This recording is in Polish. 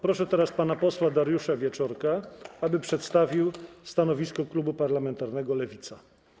Proszę teraz pana posła Dariusza Wieczorka, aby przedstawił stanowisko klubu parlamentarnego Lewica.